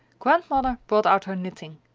grandmother brought out her knitting,